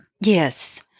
Yes